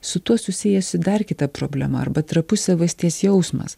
su tuo susiejusi dar kita problema arba trapus savasties jausmas